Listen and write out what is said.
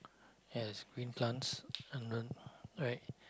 it has green plants and right